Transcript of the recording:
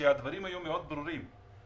שהדברים יהיו מאוד ברורים.